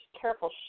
careful